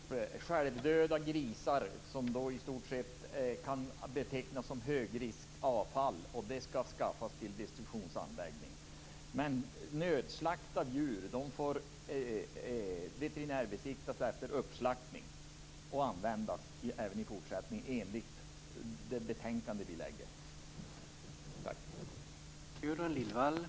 Herr talman! Jag tror att Gudrun Lindvall blandar ihop detta med självdöda grisar, som i stort sett kan betecknas som högriskavfall som skall tas till destruktionsanläggning. Men nödslaktade djur får veterinärbesiktigas efter uppslaktning och även i fortsättningen användas enligt det betänkande vi lägger fram.